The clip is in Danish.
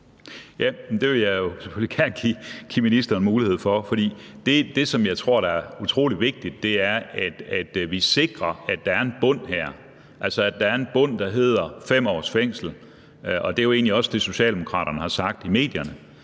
Ja, det vil jeg selvfølgelig gerne give ministeren mulighed for. For det, som jeg tror er utrolig vigtigt, er, at vi sikrer, at der er en bund her, altså at der er en bund, der hedder 5 års fængsel. Det er jo egentlig også det, som Socialdemokraterne har sagt i medierne,